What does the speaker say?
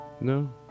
No